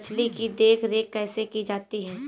मछली की देखरेख कैसे की जाती है?